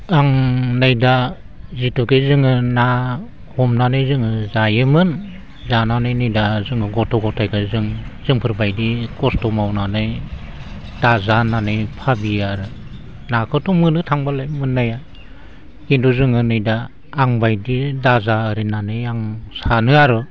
आं नै दा जिहेतुके जोङो ना हमनानै जोङो जायोमोन जानानै नै दा जोङो गथ' गथायखो जों जोंफोरबायदि खस्थ' मावनानै दाजा होननानै भाबियो आरो नाखौथ' मोनो थांब्लालाय मोननाया खिन्थु जोङो नै दा आं बायदि दाजा ओरै होननानै आं सानो आरो